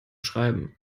schreiben